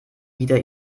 wieder